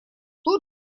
тут